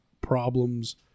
problems